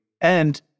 and-